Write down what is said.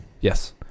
yes